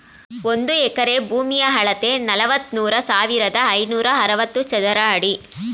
ಒಂದು ಎಕರೆ ಭೂಮಿಯ ಅಳತೆ ನಲವತ್ಮೂರು ಸಾವಿರದ ಐನೂರ ಅರವತ್ತು ಚದರ ಅಡಿ